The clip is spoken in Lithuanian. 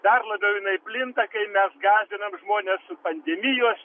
dar labiau jinai plinta kai mes gąsdinam žmones pandemijos